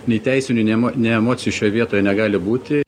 nei teisinių nei emocijų šioje vietoje negali būti